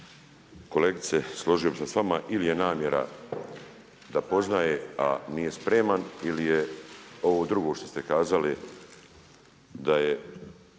Kolegice složio bi se s vama ili je namjera da poznaje, a nije spreman ili je ovo drugo što ste kazali, da je